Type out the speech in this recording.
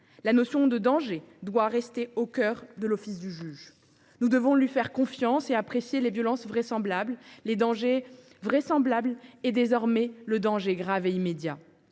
La notion de danger doit rester au cœur de l’office du juge. Nous devons lui faire confiance s’agissant d’apprécier les « violences vraisemblables », le « danger vraisemblable » et, désormais, le « danger grave et immédiat